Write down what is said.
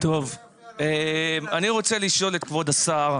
אני רוצה לשאול את כבוד השר,